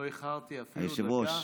לא איחרתי אפילו דקה.